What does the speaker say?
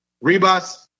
Rebus